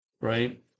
right